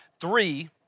three